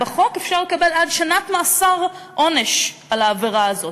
בחוק אפשר לקבל עד שנת מאסר עונש על העבירה הזאת,